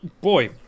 boy